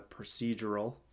procedural